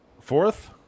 Fourth